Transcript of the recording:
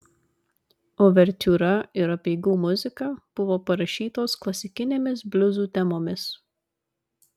uvertiūra ir apeigų muzika buvo parašytos klasikinėmis bliuzų temomis